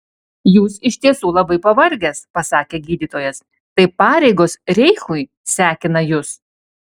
jūs iš tiesų labai pavargęs pasakė gydytojas tai pareigos reichui sekina jus